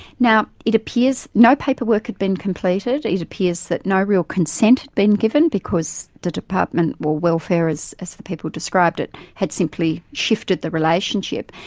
now, it appears no paperwork had been completed, it appears that no real consent had been given, because the department, well, welfare as as the people described it, had simply shifted the relationship,